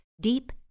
deep